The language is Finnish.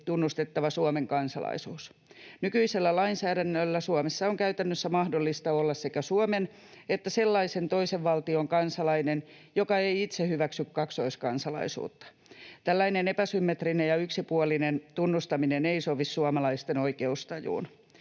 tunnustettava Suomen kansalaisuus. Nykyisellä lainsäädännöllä Suomessa on käytännössä mahdollista olla sekä Suomen että sellaisen toisen valtion kansalainen, joka ei itse hyväksy kaksoiskansalaisuutta. Tällainen epäsymmetrinen ja yksipuolinen tunnustaminen ei sovi suomalaisten oikeustajuun.